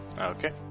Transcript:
Okay